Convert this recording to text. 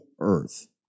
earth